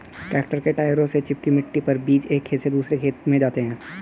tractor के टायरों से चिपकी मिट्टी पर बीज एक खेत से दूसरे खेत में जाते है